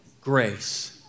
grace